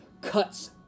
cuts